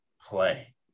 play